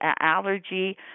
allergy